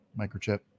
microchip